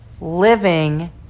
living